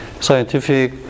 scientific